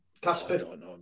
Casper